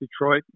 Detroit